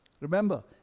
Remember